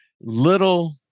little